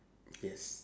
yes